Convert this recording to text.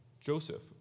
Joseph